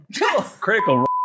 Critical